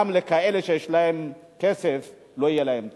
גם לכאלה שיש להם כסף לא יהיה טוב.